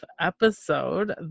episode